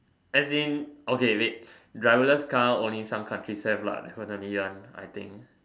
as in okay wait driverless car only some country have lah definitely one I think